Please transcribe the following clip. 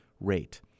rate